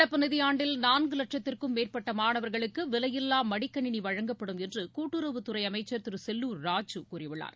நடப்பு நிதியாண்டில் நான்கு வட்சத்திற்கும் மேற்பட்ட மாணவர்களுக்கு விலையில்லா மடிக்கணினி வழங்கப்படும் என்று கூட்டுறவுத்துறை அமைச்சர் திரு செல்லூர் ராஜு கூறியுள்ளார்